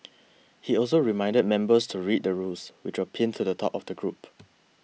he also reminded members to read the rules which was pinned to the top of the group